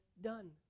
done